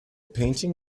painting